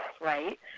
right